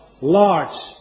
large